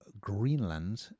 Greenland